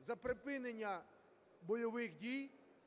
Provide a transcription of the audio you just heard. за припинення бойових дій